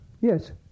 Yes